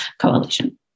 Coalition